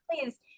please